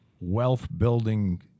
wealth-building